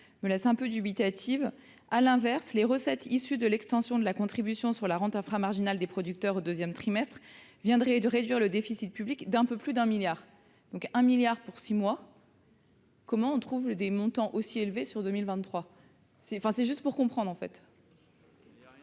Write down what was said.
me laisse un peu dubitative à l'inverse, les recettes issues de l'extension de la contribution sur la rente marginal des producteurs au 2ème trimestre viendrait et de réduire le déficit public d'un peu plus d'un milliard donc un milliard pour 6 mois. Comment on trouve le des montants aussi élevé sur 2023 c'est, enfin c'est juste pour comprendre en fait.